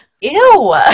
ew